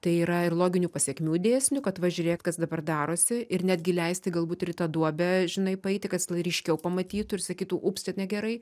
tai yra ir loginių pasekmių dėsnių kad va žiūrėk kas dabar darosi ir netgi leisti galbūt ir į tą duobę žinai paeiti kad jis tada ryškiau pamatytų ir sakytų ups tai negerai